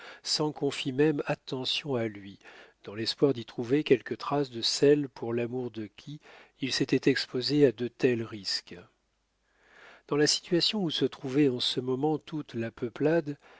sans qu'on fît même attention à lui dans l'espoir d'y trouver quelques traces de celle pour l'amour de qui il s'était exposé à de tels risques dans la situation où se trouvait en ce moment toute la peuplade